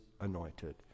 anointed